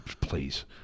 please